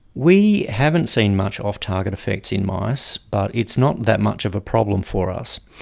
we haven't seen much off-target effects in mice, but it's not that much of a problem for us.